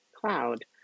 cloud